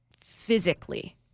physically